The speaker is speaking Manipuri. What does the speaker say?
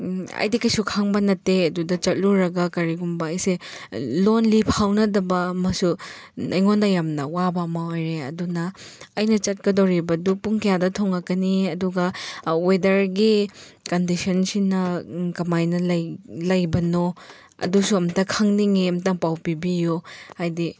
ꯑꯩꯗꯤ ꯀꯔꯤꯁꯨ ꯈꯪꯕ ꯅꯠꯇꯦ ꯑꯗꯨꯗ ꯆꯠꯂꯨꯔꯒ ꯀꯔꯤꯒꯨꯝꯕ ꯑꯩꯁꯦ ꯂꯣꯟꯂꯤ ꯐꯥꯎꯅꯗꯕ ꯑꯃꯁꯨ ꯑꯩꯉꯣꯟꯗ ꯌꯥꯝꯅ ꯑꯋꯥꯕ ꯑꯃ ꯑꯣꯏꯔꯦ ꯑꯗꯨꯅ ꯑꯩꯅ ꯆꯠꯀꯗꯧꯔꯤꯕꯗꯨ ꯄꯨꯡ ꯀꯌꯥꯗ ꯊꯨꯡꯂꯛꯀꯅꯤ ꯑꯗꯨꯒ ꯋꯦꯗꯔꯒꯤ ꯀꯟꯗꯤꯁꯟꯁꯤꯅ ꯀꯃꯥꯏꯅ ꯂꯩ ꯂꯩꯕꯅꯣ ꯑꯗꯨꯁꯨ ꯑꯝꯇ ꯈꯪꯅꯤꯡꯉꯦ ꯑꯝꯇ ꯄꯥꯎ ꯄꯤꯕꯤꯌꯨ ꯍꯥꯏꯗꯤ